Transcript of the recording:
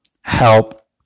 help